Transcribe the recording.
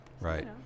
Right